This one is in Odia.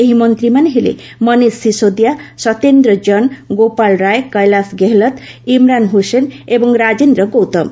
ଏହି ମନ୍ତ୍ରୀମାନେ ହେଲେ ମନୀଷ ସିଶୋଦିଆ ସତ୍ୟେନ୍ଦ୍ର ଜୈନ ଗୋପାଳ ରାୟ କୈଳାସ ଗେହଲତ ଇମ୍ରାନ ହୁସେନ ଏବଂ ରାଜେନ୍ଦ୍ର ଗୌତମ